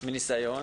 מניסיון.